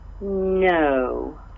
No